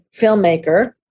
filmmaker